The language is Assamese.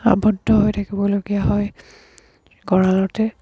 আৱদ্ধ হৈ থাকিবলগীয়া হয় গঁৰালতে